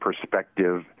perspective